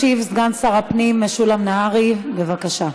ישיב סגן שר הפנים משולם נהרי, בבקשה.